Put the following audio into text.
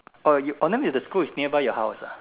orh you orh then the school is nearby your house ah